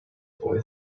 boy